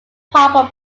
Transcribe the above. proper